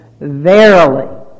Verily